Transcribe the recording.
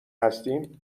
هستیم